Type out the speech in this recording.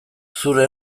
zure